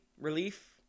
relief